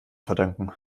verdanken